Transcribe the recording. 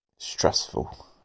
stressful